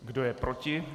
Kdo je proti?